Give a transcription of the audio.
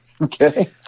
Okay